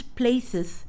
places